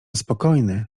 spokojny